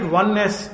oneness